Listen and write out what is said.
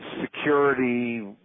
security